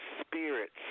spirits